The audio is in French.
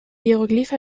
hiéroglyphes